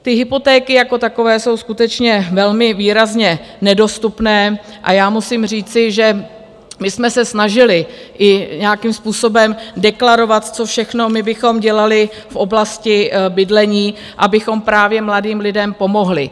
Ty hypotéky jako takové jsou skutečně velmi výrazně nedostupné a já musím říci, že my jsme se snažili i nějakým způsobem deklarovat, co všechno bychom dělali v oblasti bydlení, abychom právě mladým lidem pomohli.